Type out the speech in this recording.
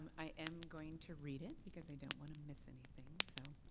i am going to read it because i don't want to miss anything. so